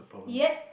yeap